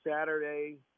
Saturday